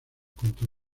contra